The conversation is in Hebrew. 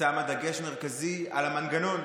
שמה דגש מרכזי על המנגנון,